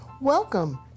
Welcome